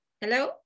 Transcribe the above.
Hello